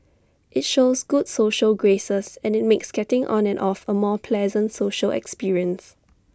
IT shows good social graces and IT makes getting on and off A more pleasant social experience